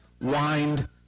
wind